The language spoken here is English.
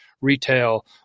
retail